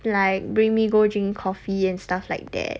like bring me go drink coffee and stuff like that